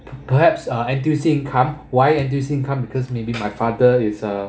perhaps ah N_T_U_C income why N_T_U_C income because maybe my father is a